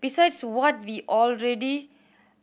besides what we already